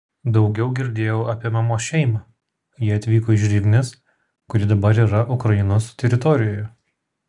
daugiau girdėjau apie mamos šeimą jie atvyko iš rivnės kuri dabar yra ukrainos teritorijoje